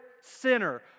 sinner